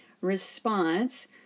response